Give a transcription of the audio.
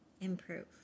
improve